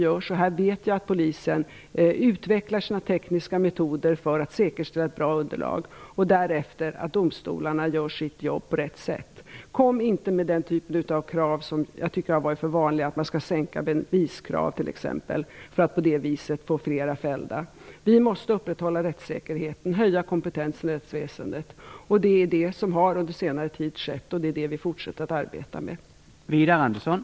Jag vet att polisen utvecklar sina tekniska metoder för att säkerställa ett bra underlag och därefter att domstolarna gör sitt jobb på rätt sätt. Kom inte med den kravtypen - som jag tycker har varit för vanlig - att man t.ex. skall sänka beviskrav för att på det viset få flera fällda! Vi måste upprätthålla rättssäkerheten och höja kompetensen i rättsväsendet. Det har skett under senare tid, och vi fortsätter att arbeta med det.